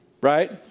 Right